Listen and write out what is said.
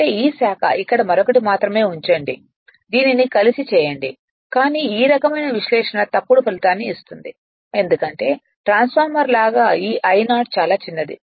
అంటే ఈ శాఖ ఇక్కడ మరొకటి మాత్రమే ఉంచండి దీనిని కలిసి చేయండి కానీ ఈ రకమైన విశ్లేషణ తప్పుడు ఫలితాన్ని ఇస్తుంది ఎందుకంటే ట్రాన్స్ఫార్మర్ లాగా ఈ I0 చాలా చిన్నది